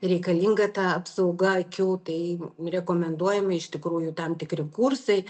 reikalinga ta apsauga akių tai rekomenduojami iš tikrųjų tam tikri kursai